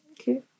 Okay